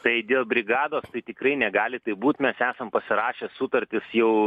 tai dėl brigados tai tikrai negali taip būt mes esam pasirašę sutartis jau